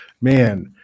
man